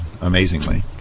amazingly